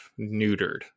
neutered